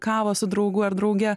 kavą su draugu ar drauge